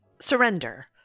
Surrender